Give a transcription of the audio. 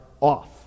off